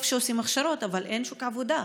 טוב שעושים הכשרות, אבל אין שום עבודה.